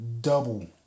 double